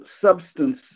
substance